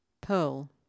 Pearl